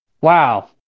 wow